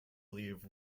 leave